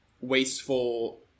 wasteful